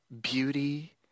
beauty